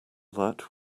that